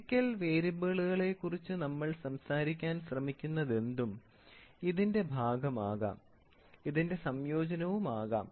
physical വേരിയബിളുകളെക്കുറിച്ച് നമ്മൾ സംസാരിക്കാൻ ശ്രമിക്കുന്നതെന്തും ഇതിന്റെ ഭാഗമാകാം ഇതിന്റെ സംയോജനമാകാം